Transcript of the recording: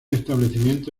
establecimiento